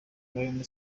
rayon